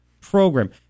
program